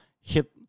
hit